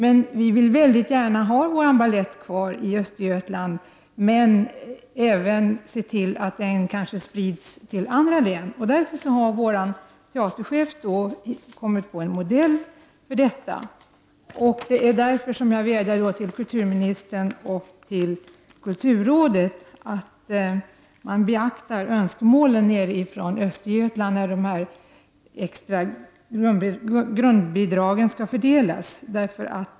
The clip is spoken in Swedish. Vi i Östergötland vill gärna ha vår balett kvar och även se till att den sprids till andra län. Vår teaterchef har kommit på en modell för detta. Jag vädjar därför till kulturministern och till kulturrådet att beakta önskemålen från Östergötland när alla de extra grundbidragen skall fördelas.